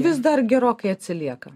vis dar gerokai atsilieka